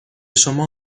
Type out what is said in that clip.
شما